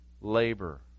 Labor